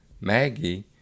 Maggie